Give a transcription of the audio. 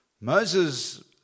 Moses